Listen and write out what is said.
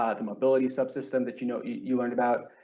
ah the mobility subsystem that you know you learned about,